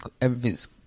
everything's